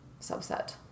subset